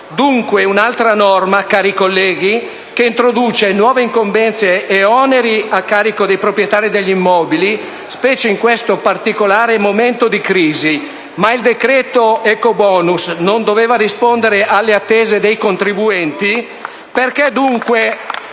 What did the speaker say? Dunque un'altra norma, cari colleghi, che introduce nuove incombenze e oneri a carico dei proprietari degli immobili, specie in questo particolare momento di crisi. Ma il decreto ecobonus non doveva rispondere alle attese dei contribuenti? *(Applausi